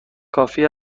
کافی